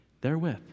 Therewith